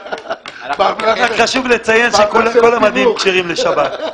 --- חשוב לציין שכל המדים כשרים לשבת.